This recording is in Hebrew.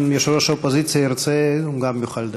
אם יושב-ראש האופוזיציה ירצה, גם הוא יוכל לדבר.